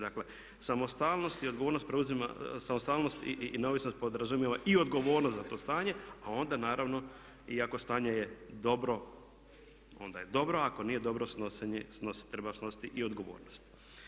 Dakle samostalnost i odgovornost preuzima, samostalnost i neovisnost podrazumijeva i odgovornost za to stanje a onda naravno iako stanje je dobro onda je dobro, ako nije dobro treba snositi i odgovornosti.